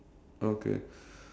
okay